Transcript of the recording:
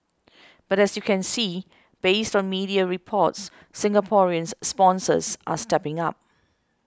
but as you see based on media reports Singaporean sponsors are stepping up